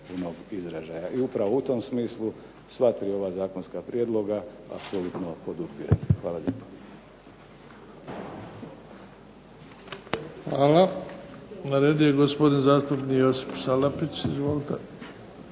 I u tom smislu sva tri ova zakonska prijedloga apsolutno podupirem. Hvala lijepa.